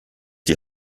die